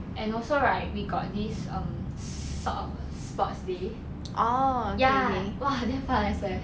and also right we got um this sort of sports day ya !wah! damn fun I swear